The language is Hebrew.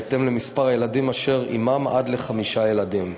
בהתאם למספר הילדים אשר עמם, עד חמישה ילדים.